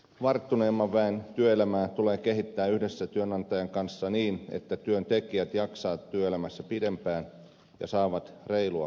varttuneemman väen työelämää tulee kehittää yhdessä työnantajan kanssa niin että työntekijät jaksavat työelämässä pidempään ja saavat reilua kohtelua